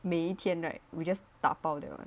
每一天 right we just 打包 that one